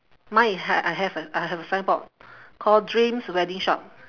mine is ha~ I have a I have a signboard called dreams wedding shop